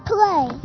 Play